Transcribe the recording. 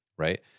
Right